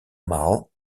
maal